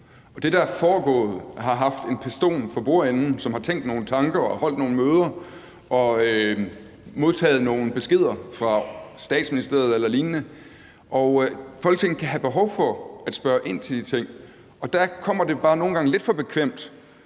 det, der er foregået, har haft en person for bordenden, som har tænkt nogle tanker og holdt nogle møder og modtaget nogle beskeder fra Statsministeriet eller lignende. Og Folketinget kan have behov for at spørge ind til de ting, og der forekommer det bare nogle gange lidt for bekvemt,